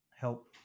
help